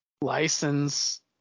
license